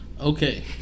Okay